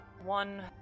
One